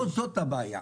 לא זאת הבעיה.